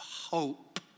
hope